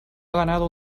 ganado